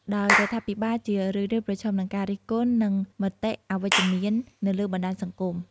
ដោយរដ្ឋាភិបាលជារឿយៗប្រឈមនឹងការរិះគន់ និងមតិអវិជ្ជមាននៅលើបណ្ដាញសង្គម។